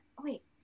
wait